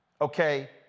Okay